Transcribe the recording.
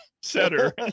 setter